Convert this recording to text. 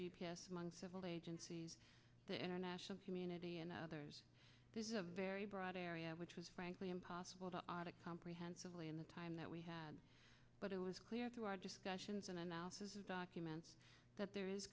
s among several agencies the international community and others this is a very broad area which was frankly impossible to audit comprehensively in the time that we had but it was clear through our discussions and analysis of documents that there is